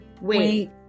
Wait